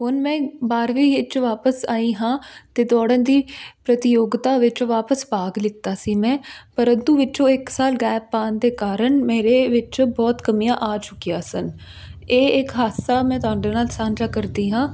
ਹੁਣ ਮੈਂ ਬਾਹਰਵੀਂ ਵਿੱਚ ਵਾਪਸ ਆਈ ਹਾਂ ਅਤੇ ਦੌੜਨ ਦੀ ਪ੍ਰਤਿਯੋਗਤਾ ਵਿੱਚ ਵਾਪਸ ਭਾਗ ਲਿੱਤਾ ਸੀ ਮੈਂ ਪਰੰਤੂ ਵਿੱਚੋਂ ਇੱਕ ਸਾਲ ਗੈਪ ਪਾਉਣ ਦੇ ਕਾਰਨ ਮੇਰੇ ਵਿੱਚ ਬਹੁਤ ਕਮੀਆਂ ਆ ਚੁੱਕੀਆਂ ਸਨ ਇਹ ਇੱਕ ਹਾਦਸਾ ਮੈਂ ਤੁਹਾਡੇ ਨਾਲ ਸਾਂਝਾ ਕਰਦੀ ਹਾਂ